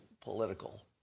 political